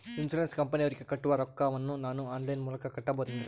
Insurance ಕಂಪನಿಯವರಿಗೆ ಕಟ್ಟುವ ರೊಕ್ಕ ವನ್ನು ನಾನು ಆನ್ ಲೈನ್ ಮೂಲಕ ಕಟ್ಟಬಹುದೇನ್ರಿ?